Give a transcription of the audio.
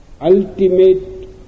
ultimate